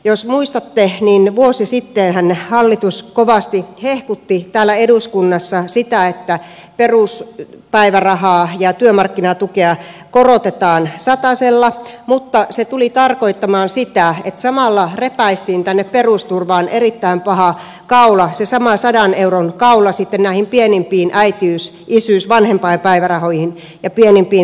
jos muistatte niin vuosi sittenhän hallitus kovasti hehkutti täällä eduskunnassa sitä että peruspäivärahaa ja työmarkkinatukea korotetaan satasella mutta se tuli tarkoittamaan sitä että samalla repäistiin perusturvaan erittäin paha kaula se sama sadan euron kaula näihin pienimpiin äitiys isyys vanhempainpäivärahoihin ja pienimpiin sairauspäivärahoihin